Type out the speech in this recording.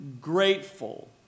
grateful